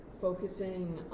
focusing